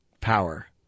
power